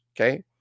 Okay